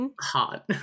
hot